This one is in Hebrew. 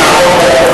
שמע,